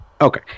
Okay